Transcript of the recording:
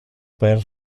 per